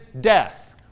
death